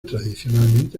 tradicionalmente